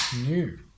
new